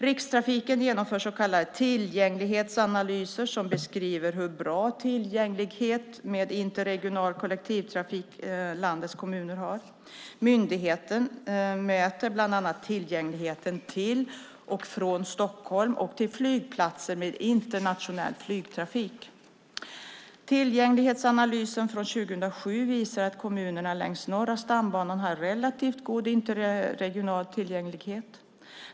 Rikstrafiken genomför så kallade tillgänglighetsanalyser som beskriver hur bra tillgänglighet med interregional kollektivtrafik landets kommuner har. Myndigheten mäter bland annat tillgängligheten till och från Stockholm och till flygplatser med internationell flygtrafik. Tillgänglighetsanalysen från 2007 visar att kommunerna längs Norra stambanan har relativt god interregional tillgänglighet.